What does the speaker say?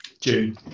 June